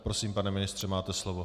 Prosím, pane ministře, máte slovo.